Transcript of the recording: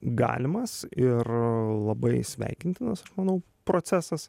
galimas ir labai sveikintinas aš manau procesas